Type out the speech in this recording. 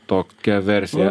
tokia versija